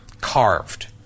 carved